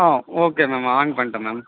ah okay ma'am on பண்ணிட்டேன் ma'am